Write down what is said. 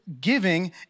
giving